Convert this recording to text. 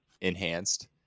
enhanced